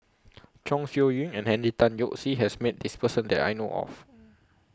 Chong Siew Ying and Henry Tan Yoke See has Met This Person that I know of